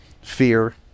fear